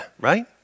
right